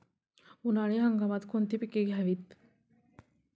उन्हाळी हंगामात कोणती पिके घ्यावीत?